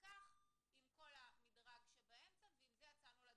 לכך עם כל המדרג שבאמצע ועם זה יצאנו לדרך.